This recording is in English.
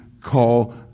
call